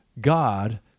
God